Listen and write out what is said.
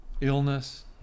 illness